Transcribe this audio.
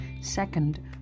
Second